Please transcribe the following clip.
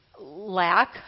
lack